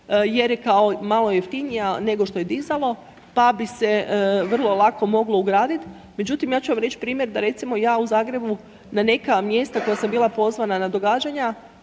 jer je kao malo jeftinija nego što je dizalo, pa bi se vrlo lako moglo ugradit, međutim, ja ću vam reć primjer da recimo ja u Zagrebu na neka mjesta koja sam bila pozvana na događanja